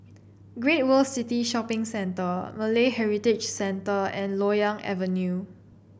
Great World City Shopping Centre Malay Heritage Centre and Loyang Avenue